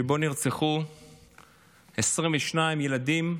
שבו נרצחו 22 ילדים,